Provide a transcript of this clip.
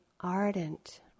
ardent